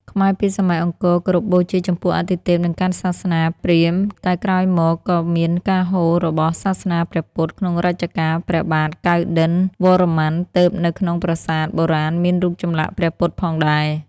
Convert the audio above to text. ខ្មែរពីសម័យអង្គរគោរពបូជាចំពោះអាទិទេពនិងកាន់សាសនាព្រាហ្មណ៍តែក្រោយមកក៏មានការហូររបស់សាសនាព្រះពុទ្ធក្នុងរជ្ជកាលព្រះបាទកៅឌិណ្ឌន្យវរ្ម័នទើបនៅក្នុងប្រាសាទបុរាណមានរូបចម្លាក់ព្រះពុទ្ធផងដែរ។